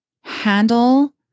handle